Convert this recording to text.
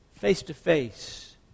face-to-face